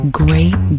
great